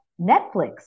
Netflix